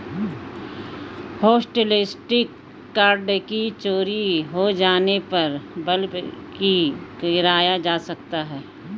hotlisted card को चोरी हो जाने पर ब्लॉक भी कराया जा सकता है